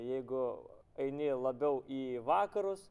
jeigu eini labiau į vakarus